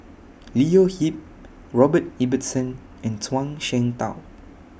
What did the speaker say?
Leo Yip Robert Ibbetson and Zhuang Shengtao